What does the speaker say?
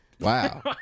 Wow